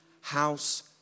house